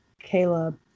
Caleb